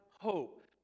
hope